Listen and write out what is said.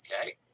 Okay